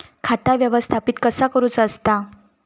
खाता व्यवस्थापित कसा करुचा असता?